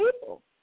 people